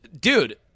dude